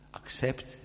accept